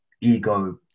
ego